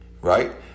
right